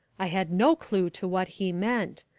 i had no clue to what he meant.